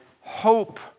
hope